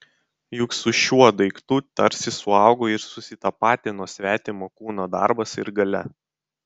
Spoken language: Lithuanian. juk su šiuo daiktu tarsi suaugo ir susitapatino svetimo kūno darbas ir galia